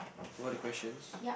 what other questions